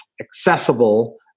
accessible